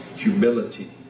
humility